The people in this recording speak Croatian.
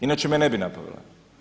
Inače me ne bi napadali.